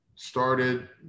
Started